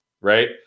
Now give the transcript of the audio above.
Right